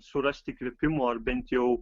surasti įkvėpimo ar bent jau